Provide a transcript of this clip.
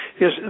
Yes